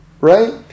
right